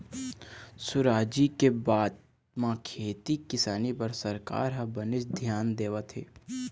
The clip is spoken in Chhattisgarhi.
सुराजी के बाद म खेती किसानी बर सरकार ह बनेच धियान देवत हे